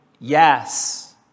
yes